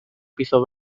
piso